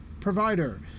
provider